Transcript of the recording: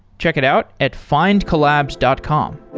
check it out at findcollabs dot com.